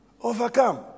overcome